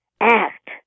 act